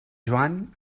joan